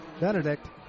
Benedict